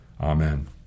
Amen